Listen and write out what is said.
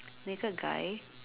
naked guy